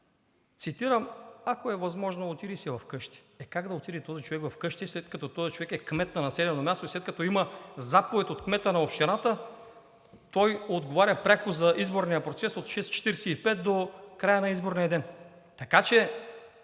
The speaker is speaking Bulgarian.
цитирам: „Ако е възможно, отиди си вкъщи.“ Е как да отиде този човек вкъщи, след като този човек е кмет на населено място и след като има заповед от кмета на общината – той отговаря пряко за изборния процес от 6,45 ч. до края на изборния ден. Така че